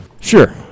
Sure